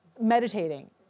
meditating